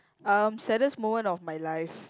um saddest moment of my life